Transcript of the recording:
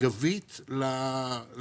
בהתחלה ביקשנו להעלות את הסכום ל-50 מיליון,